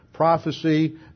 prophecy